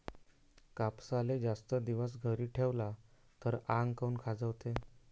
कापसाले जास्त दिवस घरी ठेवला त आंग काऊन खाजवते?